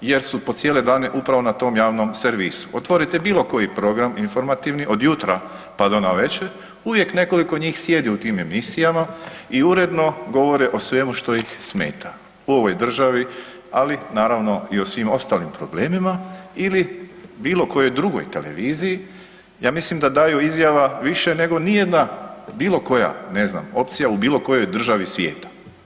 jer su po cijele dane upravo na tom javnom servisu, Otvorite bilokoji program informativni, od jutra pa do navečer, uvijek nekoliko njih sjedi u tim emisijama i uredno govore o svemu što ih smeta u ovoj državi ali naravno i o svim ostalim problemima ili bilokojoj drugoj televiziji, ja mislim da daju izjava više nego nijedna bilokoja ne znam, opcija u bilokojoj državi svijeta.